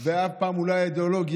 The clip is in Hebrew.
ואף פעם לא הייתה לו אידיאולוגיה.